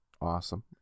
Awesome